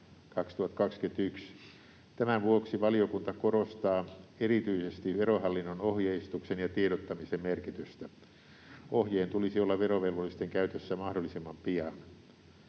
Tämän vuoksi valiokunta korostaa erityisesti Verohallinnon ohjeistuksen ja tiedottamisen merkitystä. Ohjeen tulisi olla verovelvollisten käytössä mahdollisimman pian.